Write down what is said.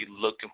Looking